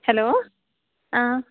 hello ആ